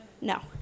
No